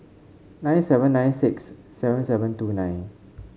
nine seven nine six seven seven two nine